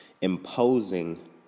imposing